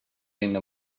inne